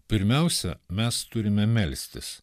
pirmiausia mes turime melstis